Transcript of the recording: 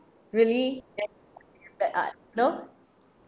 really there's no such thing as bad art you know